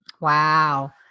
Wow